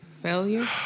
Failure